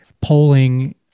polling